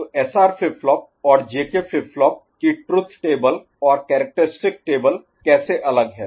तो SR flip flop और J K flip flop कि ट्रुथ टेबल और कैरेक्टरिस्टिक टेबल कैसे अलग है